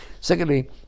Secondly